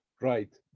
right